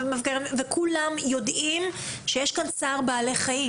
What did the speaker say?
כולם יודעים שיש כאן צער בעלי חיים.